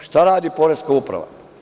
Šta radi poreska uprava?